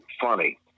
funny